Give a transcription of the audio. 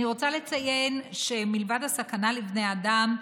אני רוצה לציין שמלבד הסכנה לבני אדם,